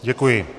Děkuji.